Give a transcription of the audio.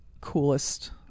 coolest